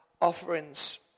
offerings